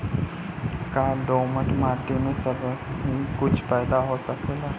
का दोमट माटी में सबही कुछ पैदा हो सकेला?